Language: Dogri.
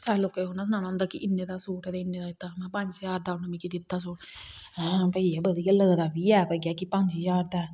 असें लोकें गी थोह्ड़ा सनाना होंदा कि इन्ने दा सूट ऐ कि इन्ने दा दित्ता पंज ज्हार दा उनें मिगी दित्ता सूट है भाई ए् बधिया लगदा है बी है कि पंज ज्हार दा